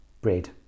bread